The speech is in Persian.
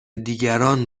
دیگران